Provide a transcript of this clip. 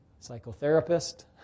psychotherapist